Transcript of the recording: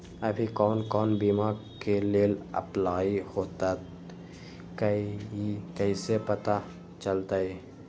अभी कौन कौन बीमा के लेल अपलाइ होईत हई ई कईसे पता चलतई?